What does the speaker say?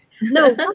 No